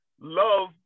Love